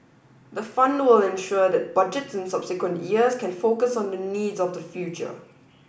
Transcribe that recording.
the fund will ensure that Budgets in subsequent years can focus on the needs of the future